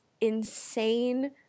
insane